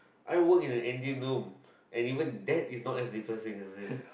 I won't in an engine room and even that is not as depressing as this